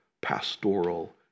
pastoral